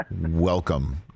welcome